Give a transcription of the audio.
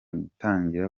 gutangira